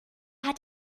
hat